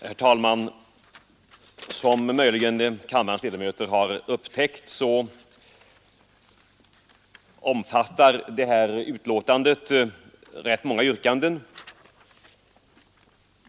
Herr talman! Såsom möjligen kammarens ledamöter har upptäckt behandlas i det här betänkandet många motionsyrkanden.